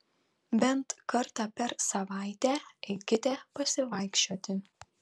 bent kartą per savaitę eikite pasivaikščioti